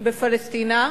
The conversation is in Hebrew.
בפלשתינה,